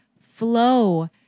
flow